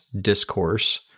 discourse